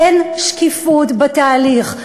אין שקיפות בתהליך.